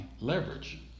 leverage